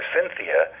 Cynthia